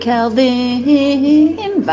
Calvin